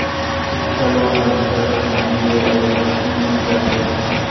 सिक्छा लोन ह बिकट असानी ले अउ झटकुन मिल जाथे